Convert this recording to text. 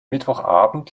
mittwochabend